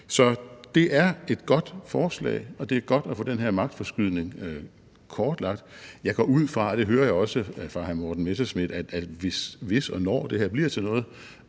Så det er et godt forslag, og det er godt at få den her magtforskydning kortlagt. Jeg går ud fra – og det hører jeg også fra hr. Morten Messerschmidt – at hvis og når det her bliver til noget,